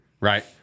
right